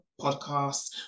podcasts